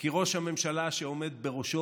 כי ראש הממשלה שעומד בראשו,